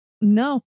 no